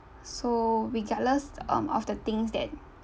so regardless um of the things that